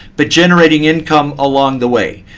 but generating income along the way.